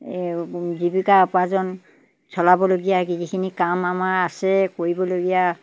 এই জীৱিকা উপাৰ্জন চলাবলগীয়া যিখিনি কাম আমাৰ আছে কৰিবলগীয়া